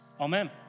Amen